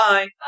Bye